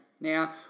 Now